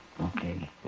Okay